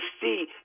see